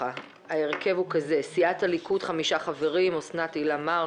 וההרכב הוא כזה: מסיעת הליכוד חמישה חברים - אוסנת הילה מארק,